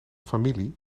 familie